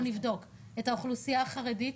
אנחנו נבדוק את האוכלוסייה החרדית,